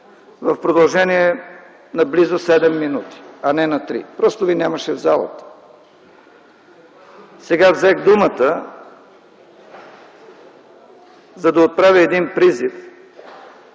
в продължение близо на седем минути, а не на три. Просто Ви нямаше в залата. Сега взех думата, за да отправя един призив